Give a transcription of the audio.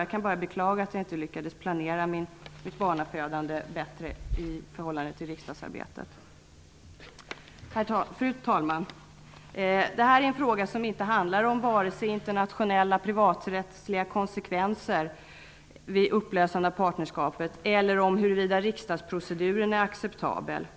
Jag kan bara beklaga att jag inte lyckades planera mitt barnafödande bättre i förhållande till riksdagsarbetet. Fru talman! Denna fråga handlar inte vare sig om de internationella privaträttsliga konsekvenserna vid upplösande av partnerskap eller om huruvida riksdagsproceduren är acceptabel.